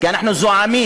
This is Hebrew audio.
כי אנחנו זועמים,